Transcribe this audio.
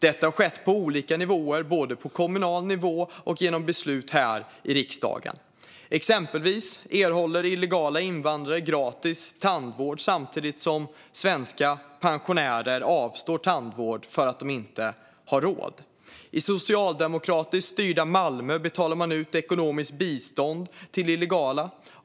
Detta har skett på olika nivåer, både på kommunal nivå och genom beslut här i riksdagen. Exempelvis erhåller illegala invandrare gratis tandvård samtidigt som svenska pensionärer avstår tandvård för att de inte har råd. I socialdemokratiskt styrda Malmö betalar man ut ekonomiskt bistånd till illegala.